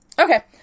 Okay